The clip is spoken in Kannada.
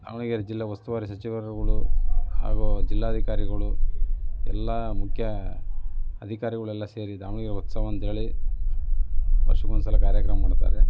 ಹಾವೇರಿ ಜಿಲ್ಲೆ ಉಸ್ತುವಾರಿ ಸಚಿವರುಗಳು ಹಾಗೂ ಜಿಲ್ಲಾಧಿಕಾರಿಗಳು ಎಲ್ಲ ಮುಖ್ಯ ಅಧಿಕಾರಿಗಳೆಲ್ಲ ಸೇರಿ ದಾವಣಗೆರೆ ಉತ್ಸವ ಅಂಥೇಳಿ ವರ್ಷಕ್ಕೊಂದ್ಸಲ ಕಾರ್ಯಕ್ರಮ ಮಾಡ್ತಾರೆ